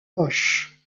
poche